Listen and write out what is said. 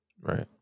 Right